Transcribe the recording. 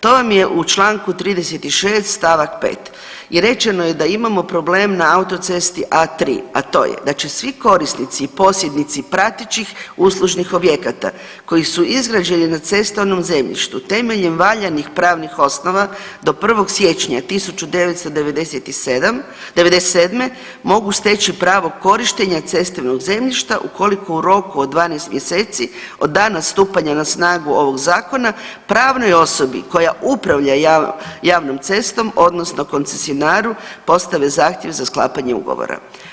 To vam je u Članku 36. stavak 5. i rečeno je da imamo problem na autocesti A3, a to je da će svi korisnici i posjednici pratećih uslužnih objekata koji su izgrađeni na cestovnom zemljištu temeljem valjanih pravnih osnova do 1. siječnja 1997. mogu steći pravo korištenja cestovnog zemljišta ukoliko u roku od 12 mjeseci od dana stupanja na snagu ovog zakona pravnoj osobi koja upravlja javnom cestom odnosno koncesionaru postave zahtjev za sklapanje ugovora.